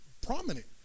Prominent